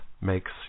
makes